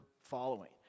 following